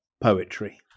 poetry